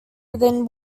within